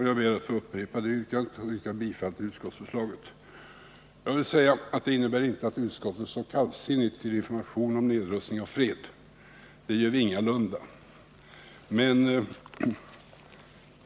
Jag ber att få yrka avslag på dem och samtidigt yrka bifall till utskottets förslag. Jag vill tillägga att det inte innebär att utskottet står kallsinnigt till information om nedrustning och fred. Det gör vi ingalunda.